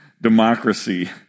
democracy